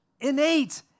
innate